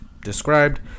described